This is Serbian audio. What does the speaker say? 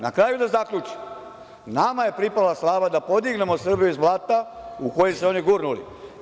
Na kraju, da zaključim, nama je pripala slava da podignemo Srbiju iz blata u koji su je oni gurnuli.